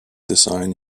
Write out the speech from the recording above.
design